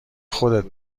خودت